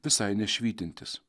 visai nešvytintis